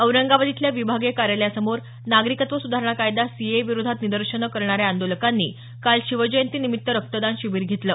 औरंगाबाद इथल्या विभागीय कार्यालयासमोर नागरिकत्व सुधारणा कायदा सीएए विरोधात निदर्शनं करणाऱ्या आंदोलकांनी काल शिवजयंतीनिमित्त रक्तदान शिबिर घेतलं